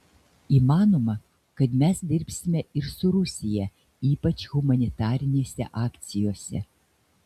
įmanoma kad mes dirbsime ir su rusija ypač humanitarinėse akcijose